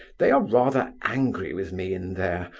they are rather angry with me, in there,